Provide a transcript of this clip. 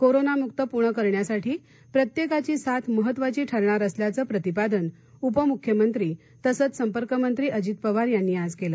कोरोनामुक्त पुणे करण्यासाठी प्रत्येकाची साथ महत्त्वाची ठरणार असल्याचे प्रतिपादन उपमुख्यमंत्री तथा पालकमंत्री अजित पवार यांनी आज केले